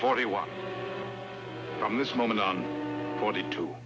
forty one from this moment on forty two